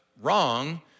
wrong